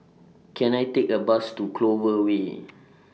Can I Take A Bus to Clover Way